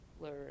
learn